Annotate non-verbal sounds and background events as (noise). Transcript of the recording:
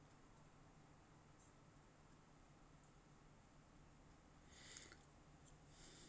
(breath)